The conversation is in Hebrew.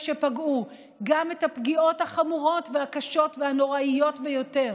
שפגעו גם את הפגיעות החמורות והקשות והנוראיות ביותר.